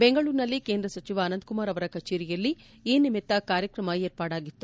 ಬೆಂಗಳೂರಿನಲ್ಲಿ ಕೇಂದ್ರಸಚಿವ ಅನಂತಕುಮಾರ್ ಅವರ ಕಚೇರಿಯಲ್ಲಿ ಈ ನಿಮಿತ್ತ ಕಾರ್ಯಕ್ರಮವೊಂದು ವಿರ್ಪಾಡಾಗಿತ್ತು